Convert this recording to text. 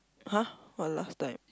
[huh] what last time